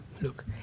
look